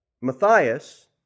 Matthias